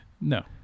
No